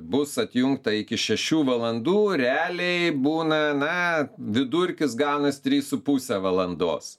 bus atjungta iki šešių valandų realiai būna na vidurkis gaunasi trys su puse valandos